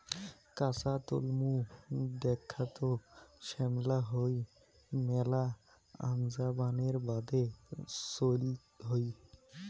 কাঁচা তলমু দ্যাখ্যাত শ্যামলা হই মেলা আনজা বানের বাদে চইল হই